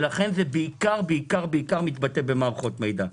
מיקור החוץ מתבטא בעיקר במערכות מידע.